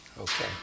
okay